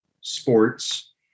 sports